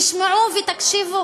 תשמעו ותקשיבו